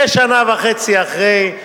כשנה וחצי אחרי,